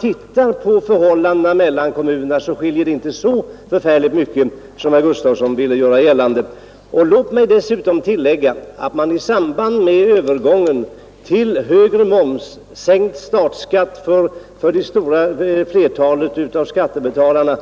Det skiljer alltså inte så förfärligt mycket som herr Gustavsson ville göra gällande. Låt mig dessutom tillägga att man i samband med övergången till högre moms och sänkt statsskatt för det stora flertalet av skattebetalarna